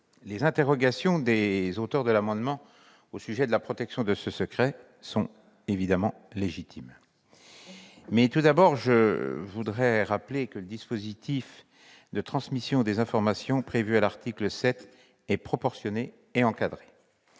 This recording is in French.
Les interrogations des auteurs de l'amendement au sujet de la protection de ce secret sont évidemment légitimes. Je rappellerai tout d'abord que le dispositif de transmission des informations prévu à l'article 7 est proportionné et encadré.